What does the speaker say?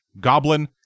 Goblin